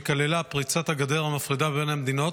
שכללה את פריצת הגדר המפרידה בין המדינות,